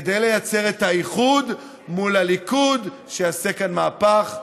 כדי לייצר את האיחוד מול הליכוד שיעשה כאן מהפך,